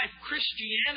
Christianity